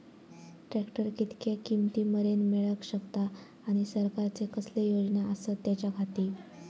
Tractor कितक्या किमती मरेन मेळाक शकता आनी सरकारचे कसले योजना आसत त्याच्याखाती?